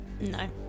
No